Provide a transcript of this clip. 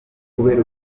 kubera